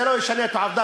זה לא ישנה את העובדה.